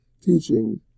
teaching